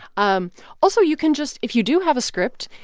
um also, you can just if you do have a script,